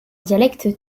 dialecte